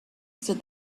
said